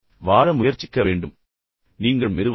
இல்லையென்றால் நீங்கள் மெதுவாக இறக்கத் தொடங்குகிறீர்கள்